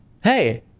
hey